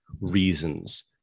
reasons